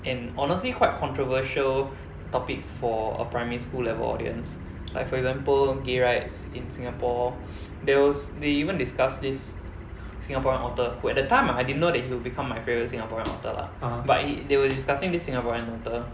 and honestly quite controversial topics for a primary school level audience like for example gay rights in Singapore there was they even discuss this singaporean author who at the time I didn't know that he will become my favourite singaporean author lah but he they were discussing this singaporean author